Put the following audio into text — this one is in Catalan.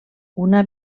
una